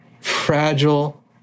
fragile